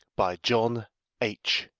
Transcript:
by john h.